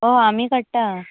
हय आमी काडटा